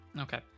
Okay